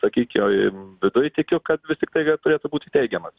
sakykim viduj tikiu kad vis tiktai jo turėtų būti teigiamas